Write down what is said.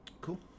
cool